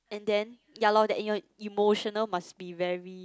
and then ya loh that your emotional must be very